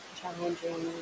challenging